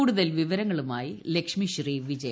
കൂടുതൽ വിവരങ്ങളുമായി ലക്ഷ്മി ശ്രീവിജയ